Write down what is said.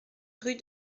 rue